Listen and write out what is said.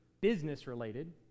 business-related